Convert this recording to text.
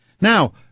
Now